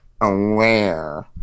aware